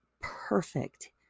perfect